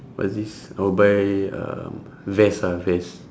what's this I will buy um vest ah vest